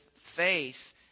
faith